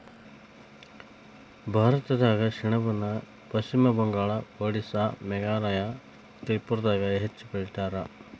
ಭಾರತದಾಗ ಸೆಣಬನ ಪಶ್ಚಿಮ ಬಂಗಾಳ, ಓಡಿಸ್ಸಾ ಮೇಘಾಲಯ ತ್ರಿಪುರಾದಾಗ ಹೆಚ್ಚ ಬೆಳಿತಾರ